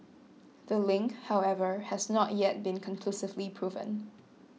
the link however has not yet been conclusively proven